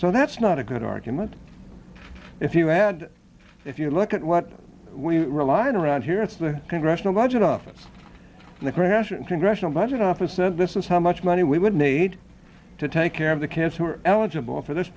so that's not a good argument if you add if you look at what we relied on around here at the congressional budget office the crash and congressional budget office says this is how much money we would need to take care of the kids who are eligible for this